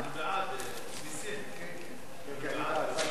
לוועדת הכלכלה נתקבלה.